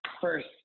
first